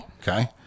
Okay